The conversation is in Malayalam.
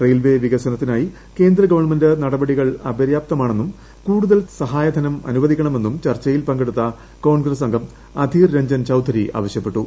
റെയിൽവേ വികസനത്തിനായി കേന്ദ്രഗവണ്മെന്റ് നടപടികൾ അപര്യാപ്തമാണെന്നും കൂടുതൽ സഹായധനം അനുവദിക്കണമെന്നും ചർച്ചയിൽ പങ്കെടുത്ത കോൺഗ്രസ് അംഗം അധീർ രഞ്ജൻ ചൌധരി ആവശ്യപ്പെട്ടു